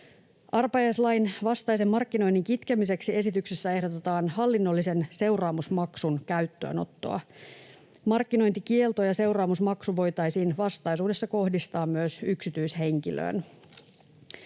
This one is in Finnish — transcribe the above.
Arpajaislain vastaisen markkinoinnin kitkemiseksi esityksessä ehdotetaan hallinnollisen seuraamusmaksun käyttöönottoa. Markkinointikielto ja seuraamusmaksu voitaisiin vastaisuudessa kohdistaa myös yksityishenkilöön.